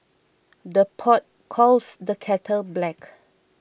the pot calls the kettle black